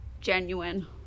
genuine